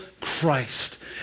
Christ